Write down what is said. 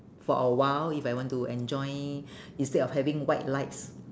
for a while if I want to enjoy instead of having white lights